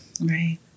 Right